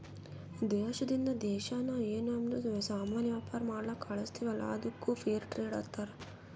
ದೇಶದಿಂದ್ ದೇಶಾ ನಾವ್ ಏನ್ ನಮ್ದು ಸಾಮಾನ್ ವ್ಯಾಪಾರ ಮಾಡ್ಲಕ್ ಕಳುಸ್ತಿವಲ್ಲ ಅದ್ದುಕ್ ಫೇರ್ ಟ್ರೇಡ್ ಅಂತಾರ